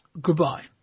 goodbye